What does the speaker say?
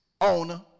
owner